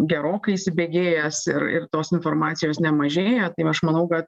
gerokai įsibėgėjęs ir ir tos informacijos nemažėja tai aš manau kad